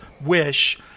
wish